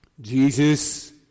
Jesus